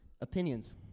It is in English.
opinions